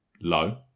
low